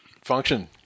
function